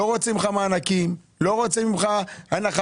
לא רוצים ממך מענקים, לא רוצים ממך הנחה.